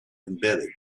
embedded